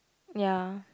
ya